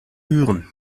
hören